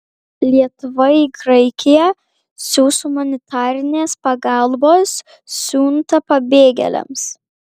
lietuva į graikiją siųs humanitarinės pagalbos siuntą pabėgėliams